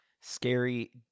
scary